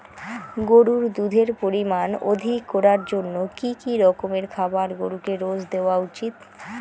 গরুর দুধের পরিমান অধিক করার জন্য কি কি রকমের খাবার গরুকে রোজ দেওয়া উচিৎ?